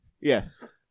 Yes